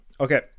Okay